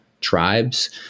tribes